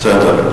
בסדר.